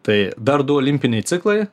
tai dar du olimpiniai ciklai